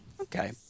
Okay